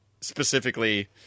specifically